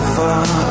far